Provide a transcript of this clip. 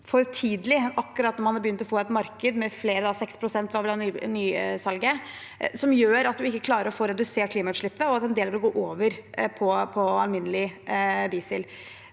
for tidlig, akkurat når man har begynt å få et marked – 6 pst. var vel nysalget – noe som gjør at man ikke klarer å få redusert klimautslippene, og at en del vil gå over på alminnelig diesel.